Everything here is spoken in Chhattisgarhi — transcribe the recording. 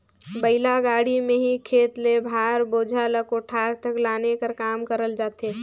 बइला गाड़ी मे ही खेत ले भार, बोझा ल कोठार तक लाने कर काम करल जाथे